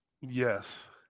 Yes